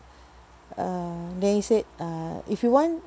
uh then he said uh if you want